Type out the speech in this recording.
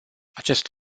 acest